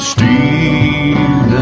Steve